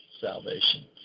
salvation